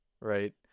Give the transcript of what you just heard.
right